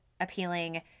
appealing